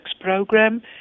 program